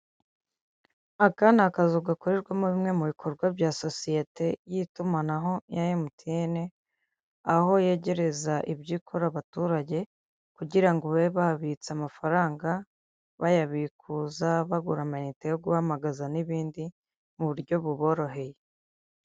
Aka ni akazu gakorerwamo bimwe mu bikorwa bya sosiyete y'itumanaho ya emutiyeni aho yegereza ibyo ikora abaturage kugira ngo babe babitse amafaranga bayabikuza, bagura amayinite yo guhamagaza n'ibindi mu buryo buboroheye.